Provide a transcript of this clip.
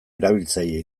erabiltzaile